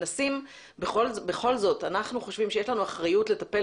בכל זאת אנחנו חושבים שיש לנו אחריות לטפל